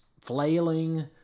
flailing